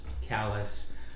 callous